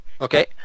Okay